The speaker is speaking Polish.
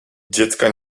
dziecka